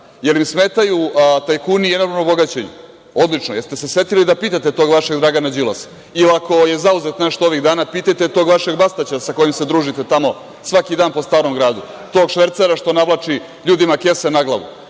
li im smetaju tajkuni i enormno bogaćenje? Odlično. Da li ste se setili da pitate tog vašeg Dragana Đilasa ili, ako je zauzet nešto ovih dana, pitajte tog vašeg Bastaća sa kojim se družite tamo svaki dan po Starom gradu, tog švercera što navlači ljudima kese na glavu,